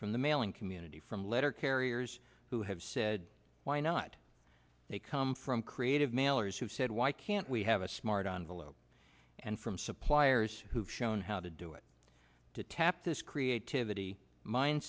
from the mailing community from letter carriers who have said why not they come from creative mailers who said why can't we have a smart and below and from suppliers who have shown how to do it to tap this creativity min